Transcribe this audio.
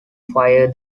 fire